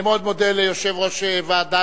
אני מאוד מודה ליושב-ראש ועדת